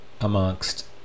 amongst